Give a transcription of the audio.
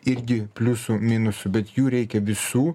irgi pliusų minusų bet jų reikia visų